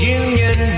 union